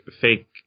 fake